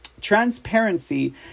Transparency